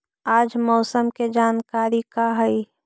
आज मौसम के जानकारी का हई?